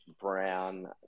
Brown